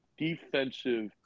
defensive